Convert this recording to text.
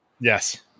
Yes